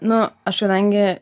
nu aš kadangi